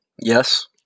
Yes